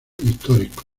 históricos